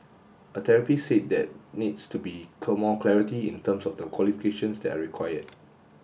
a therapist said that needs to be more clarity in terms of the qualifications that are required